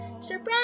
Surprise